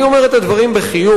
אני אומר את הדברים בחיוך,